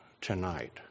tonight